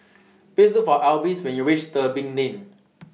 Please Look For Alvis when YOU REACH Tebing Lane